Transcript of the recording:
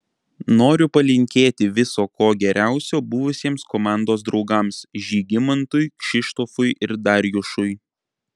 noriu palinkėti viso ko geriausio buvusiems komandos draugams žygimantui kšištofui ir darjušui